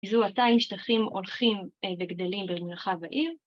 ‫זוהתה עם שטחים הולכים וגדלים ‫במרחב העיר,